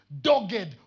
dogged